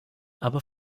aber